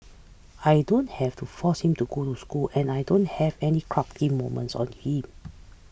I don't have to force him to go to school and I don't have any cranky moments him